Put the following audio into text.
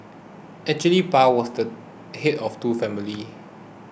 actually Pa was the head of two family